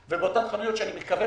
בישראל,